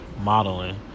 modeling